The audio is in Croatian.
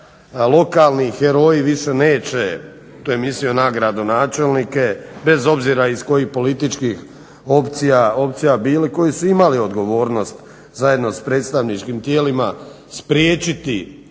lokalni heroji više neće to je mislio na gradonačelnike, bez obzira iz kojih političkih opcija bili koji su imali odgovornost zajedno sa predstavničkim tijelima, spriječiti